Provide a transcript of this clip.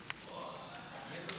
עטייה.